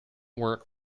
work